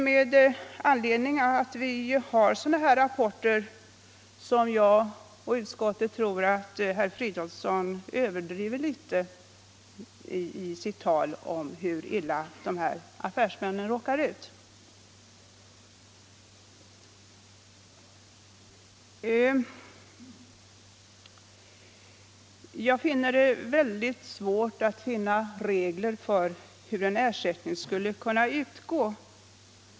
Med anledning av de positiva rapporter som utskottet har fått tror jag att herr Fridolfssons tal om hur illa affärsmännen råkar ut är litet överdrivet. Jag finner det också väldigt svårt att förstå hur man skall kunna utforma regler för en eventuell ersättning.